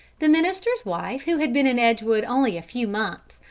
the minister's wife who had been in edgewood only a few months,